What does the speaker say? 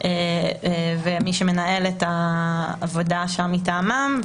ומי שמנהל את העבודה מטעמה.